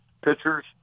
pitchers